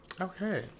Okay